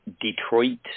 Detroit